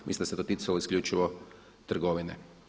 Mislim da se to ticalo isključivo trgovine.